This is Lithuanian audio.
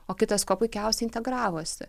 o kitas kuo puikiausiai integravosi